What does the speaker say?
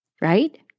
right